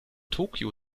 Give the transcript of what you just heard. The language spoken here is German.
tokyo